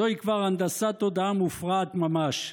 זוהי כבר הנדסת תודעה מופרעת ממש.